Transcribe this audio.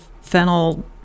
Fennel